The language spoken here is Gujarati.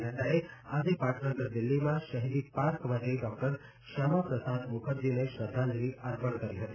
નક્રાએ આજે પાટનગર દિલ્હીમાં શહિદી પાર્કમાં જઇ ડોક્ટર શ્યામાપ્રસાદ મુખરજીને શ્રદ્ધાંજલી અર્પણ કરી હતી